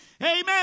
Amen